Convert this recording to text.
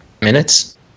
minutes